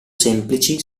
semplici